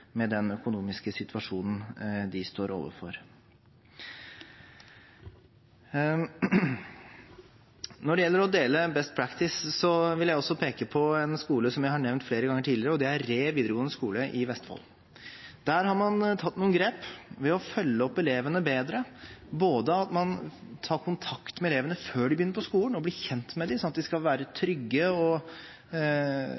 med den økonomiske situasjonen de står overfor. Når det gjelder å dele «best practice», vil jeg peke på en skole jeg har nevnt flere ganger tidligere: Re videregående skole i Vestfold. Der har man tatt noen grep ved å følge opp elevene bedre, både ved å ta kontakt med dem før de begynner på skolen og bli kjent med dem, sånn at de skal føle seg trygge når de begynner på skolen, og